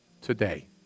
today